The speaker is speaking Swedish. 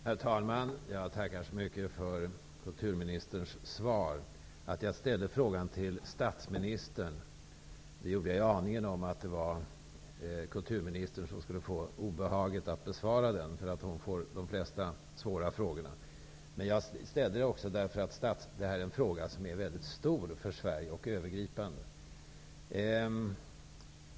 Herr talman! Jag tackar så mycket för kulturministerns svar. Jag ställde frågan till statsministern med en aning om att det var kulturministern som skulle få obehaget att besvara den. Hon får de flesta av de svåra frågorna. Men jag ställde också frågan för att den är mycket stor och övergripande för Sverige.